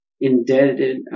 indebted